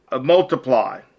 multiply